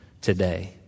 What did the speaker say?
today